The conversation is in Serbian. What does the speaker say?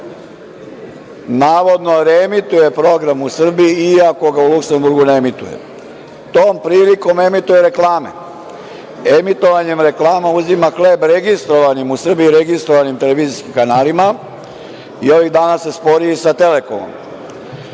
navodno reemituje program u Srbiji iako ga u Luksemburgu ne emituje. Tom prilikom emituje reklame. Emitovanjem reklama uzima hleb u Srbiji registrovanim televizijskim kanalima. Ovih dana se spori i sa "Telekomom".